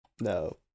no